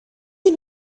you